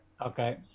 okay